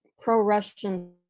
pro-Russian